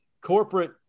corporate